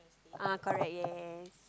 ah correct yes